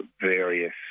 various